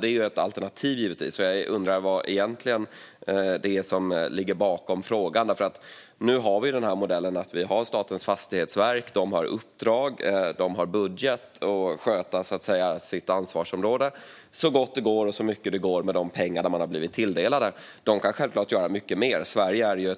Det är givetvis ett alternativ. Jag undrar vad som egentligen ligger bakom frågan. Nu har vi modellen med Statens fastighetsverk som har ett uppdrag och en budget. Sedan sköter verket sitt ansvarsområde så gott det går och så mycket det går med de pengar det har blivit tilldelat. Fastighetsverket kan självklart göra mycket mer. Sverige är